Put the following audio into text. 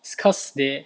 it's cause they